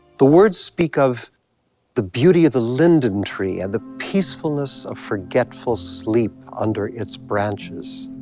the words speak of the beauty of the linden tree and the peacefulness of forgetful sleep under its branches.